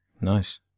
Nice